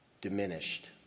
Diminished